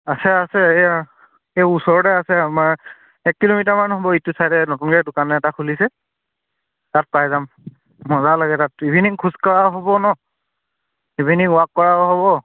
আছে আছে এয়া এই ওচৰতে আছে আমাৰ এক কিলোমিটাৰ মান হ'ব ইটো চাইডে নতুনকৈ দোকান এটা খুলিছে তাত পাই যাম মজা লাগে তাত ইভিনিং খোজকঢ়াও হ'ব ন' ইভিনিং ৱাক কৰাও হ'ব